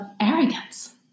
arrogance